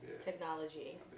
technology